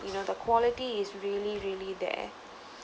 you know the quality is really really there